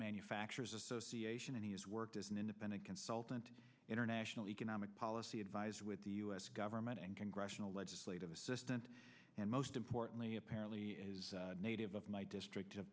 manufacturers association and he has worked as an independent consultant international economic policy adviser with the u s government and congressional legislative assistant and most importantly apparently a native of my district